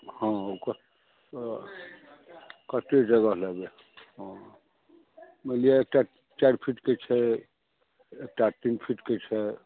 हॅं ओकर कते जगह लेबै हॅं इएह एकटा चारि फिटके छै एकटा तीन फिटके छै